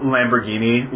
Lamborghini